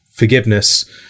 forgiveness